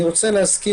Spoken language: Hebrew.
אני מזכיר,